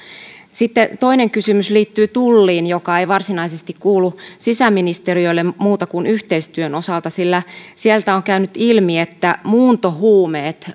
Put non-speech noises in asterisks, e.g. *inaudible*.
sitten toinen kysymys liittyy tulliin joka ei varsinaisesti kuulu sisäministeriölle muuta kuin yhteistyön osalta siellä on käynyt ilmi että muuntohuumeet *unintelligible*